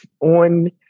on